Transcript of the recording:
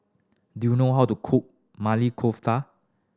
do you know how to cook Maili Kofta